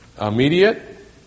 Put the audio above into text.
immediate